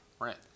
Right